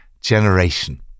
generation